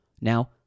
now